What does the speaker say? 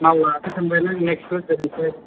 मावलासो सानबायमोन नेक्सट बोथोरनिफ्राय